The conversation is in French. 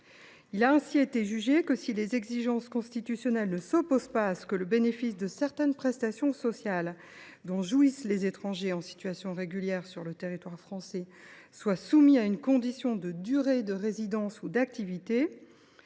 il a été jugé que « si les exigences constitutionnelles […] ne s’opposent pas à ce que le bénéfice de certaines prestations sociales dont jouissent les étrangers en situation régulière sur le territoire français soit soumis à une condition de durée de résidence ou d’activité,